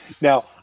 Now